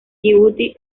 yibuti